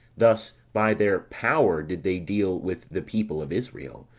thus by their power did they deal with the people of israel,